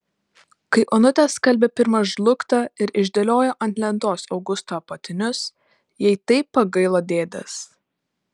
kai onutė skalbė pirmą žlugtą ir išdėliojo ant lentos augusto apatinius jai taip pagailo dėdės